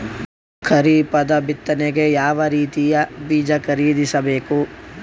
ಖರೀಪದ ಬಿತ್ತನೆಗೆ ಯಾವ್ ರೀತಿಯ ಬೀಜ ಖರೀದಿಸ ಬೇಕು?